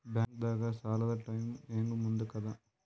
ಬ್ಯಾಂಕ್ದಾಗ ಸಾಲದ ಟೈಮ್ ಹೆಂಗ್ ಮುಂದಾಕದ್?